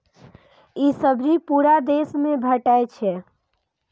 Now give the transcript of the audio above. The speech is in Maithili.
ई सब्जी पूरा देश मे भेटै छै